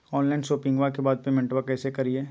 Online शोपिंग्बा के बाद पेमेंटबा कैसे करीय?